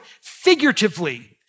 figuratively